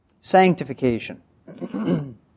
sanctification